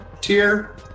tier